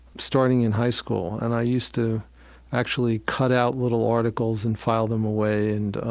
starting in high school, and i used to actually cut out little articles and file them away. and